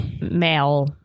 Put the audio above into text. male